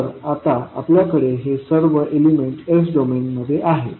तर आता आपल्याकडे हे सर्व एलिमेंट s डोमेनमध्ये आहेत